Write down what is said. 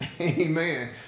Amen